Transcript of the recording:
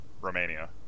Romania